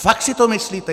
Fakt si to myslíte?